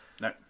no